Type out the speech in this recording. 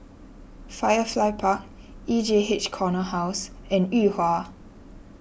Firefly Park E J H Corner House and Yuhua